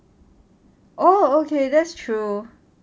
oh okay that's true